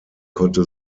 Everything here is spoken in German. konnte